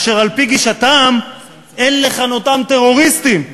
אשר על-פי גישתם אין לכנותם טרוריסטים.